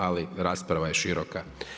Ali rasprava je široka.